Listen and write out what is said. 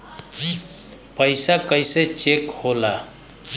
पैसा कइसे चेक होला?